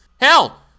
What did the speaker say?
Hell